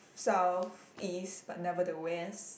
south east but never the west